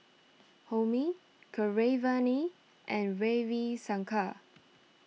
Homi Keeravani and Ravi Shankar